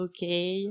Okay